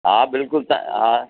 हा बिल्कुलु त हा